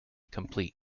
complete